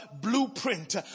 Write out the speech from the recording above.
blueprint